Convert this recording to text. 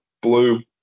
blue